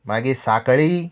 मागीर सांखळी